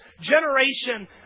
generation